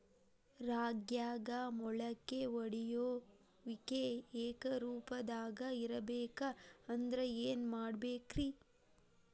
ರಾಗ್ಯಾಗ ಮೊಳಕೆ ಒಡೆಯುವಿಕೆ ಏಕರೂಪದಾಗ ಇರಬೇಕ ಅಂದ್ರ ಏನು ಮಾಡಬೇಕ್ರಿ?